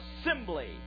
assembly